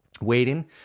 waiting